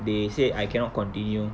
they say I cannot continue